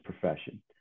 profession